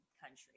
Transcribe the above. country